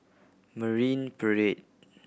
Marine Parade